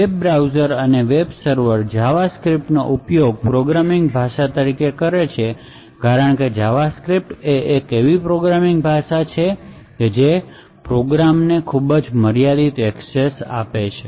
web browsers અને web server જાવાસ્ક્રિપ્ટનો ઉપયોગ પ્રોગ્રામિંગ ભાષા તરીકે કરે છે કારણ કે જાવાસ્ક્રિપ્ટ એ એક એવી પ્રોગ્રામિંગ ભાષા છે જે પ્રોગ્રામ ને ખૂબ મર્યાદિત એકસેસ આપે છે